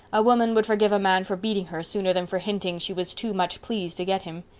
a woman would forgive a man for beating her sooner than for hinting she was too much pleased to get him.